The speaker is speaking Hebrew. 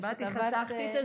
אני פה.